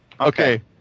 Okay